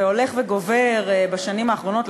והולך וגובר בשנים האחרונות,